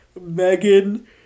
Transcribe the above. Megan